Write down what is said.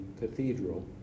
cathedral